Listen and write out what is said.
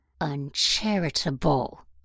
Uncharitable